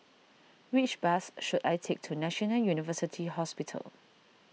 which bus should I take to National University Hospital